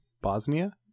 Bosnia